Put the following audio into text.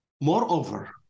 Moreover